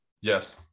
Yes